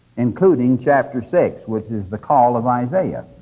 including chapter six, which is the call of isaiah.